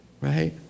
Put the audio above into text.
Right